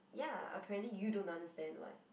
ya apparently you don't understand [what]